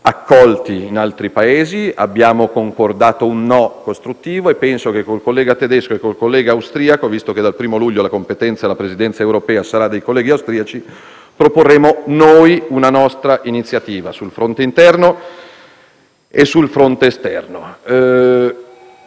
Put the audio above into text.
accolti in altri Paesi. Abbiamo concordato un no costruttivo e penso che con il collega tedesco e con il collega austriaco - visto che dal 1° luglio la competenza e la presidenza europea sarà dei colleghi austriaci - proporremo una nostra iniziativa, sul fronte interno e sul fronte esterno.